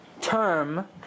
term